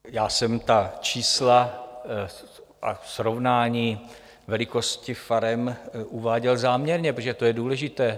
Já jsem ta čísla a srovnání velikosti farem uváděl záměrně, protože to je důležité.